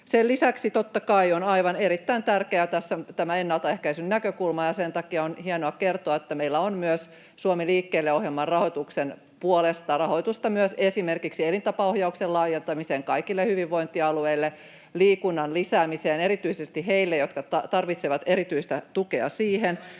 Sen lisäksi tässä on totta kai aivan erittäin tärkeää tämä ennaltaehkäisyn näkökulma, ja sen takia on hienoa kertoa, että meillä on myös Suomi liikkeelle -ohjelman rahoituksen puolesta rahoitusta esimerkiksi elintapaohjauksen laajentamiseen kaikille hyvinvointialueille ja liikunnan lisäämiseen erityisesti heille, jotka tarvitsevat erityistä tukea siihen.